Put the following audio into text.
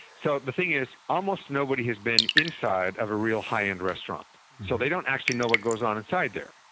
so the thing is, almost nobody has been inside of a real high-end restaurant so they don't actually know what goes on inside there.